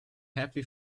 happy